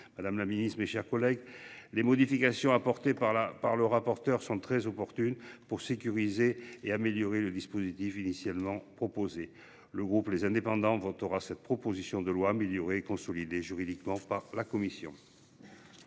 Madame la Ministre, mes chers collègues. Les modifications apportées par la par le rapporteur sont très opportune pour sécuriser et améliorer le dispositif initialement proposé le groupe les indépendants votera cette proposition de loi améliorer, consolider juridiquement par la commission.